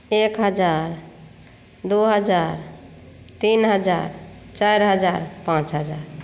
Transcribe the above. एक हजार दू हजार तीन हजार चारि हजार पाँच हजार